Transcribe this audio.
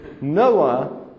Noah